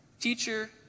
Teacher